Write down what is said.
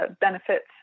benefits